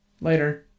Later